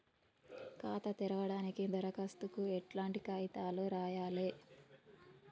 ఖాతా తెరవడానికి దరఖాస్తుకు ఎట్లాంటి కాయితాలు రాయాలే?